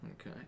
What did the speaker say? Okay